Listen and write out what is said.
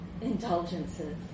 indulgences